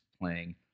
playing